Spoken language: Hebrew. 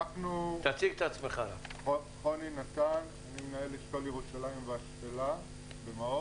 אני מנהל אשכול ירושלים והשפלה במעוף.